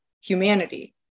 humanity